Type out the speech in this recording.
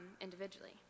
individually